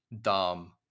dumb